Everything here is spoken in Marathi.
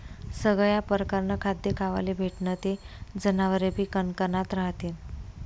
सगया परकारनं खाद्य खावाले भेटनं ते जनावरेबी कनकनात रहातीन